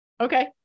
Okay